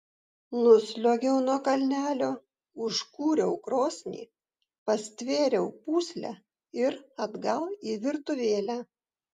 nusliuogiau nuo kalnelio užkūriau krosnį pastvėriau pūslę ir atgal į virtuvėlę